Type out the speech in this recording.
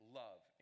love